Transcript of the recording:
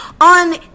on